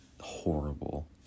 horrible